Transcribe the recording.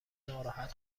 ناراحت